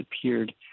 appeared